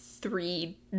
three